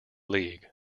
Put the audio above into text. league